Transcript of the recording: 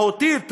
מהותית,